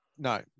No